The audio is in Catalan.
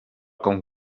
com